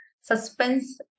suspense